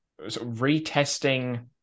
retesting